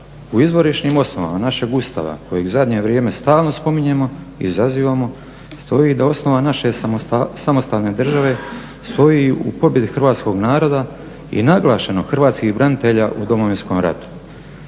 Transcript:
U izvorišnim osnovama našeg Ustava kojeg u zadnje vrijeme stalno spominjemo i izazivamo stoji da osnova naše samostalne države stoji u pobjedi Hrvatskog naroda i naglašeno hrvatskih branitelja u Domovinskom ratu.